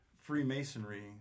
Freemasonry